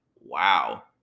wow